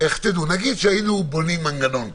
נגיד שהיינו בונים מנגנון כזה,